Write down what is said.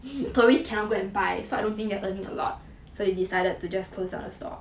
the tourist cannot go and buy so I don't think they're earning a lot so they decided to just close down the store